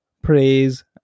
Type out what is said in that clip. praise